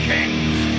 Kings